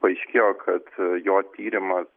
paaiškėjo kad jo tyrimas